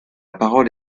parole